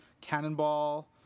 Cannonball